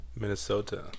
Minnesota